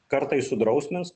kartais sudrausmins